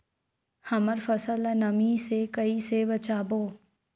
हमर फसल ल नमी से क ई से बचाबो?